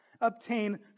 obtain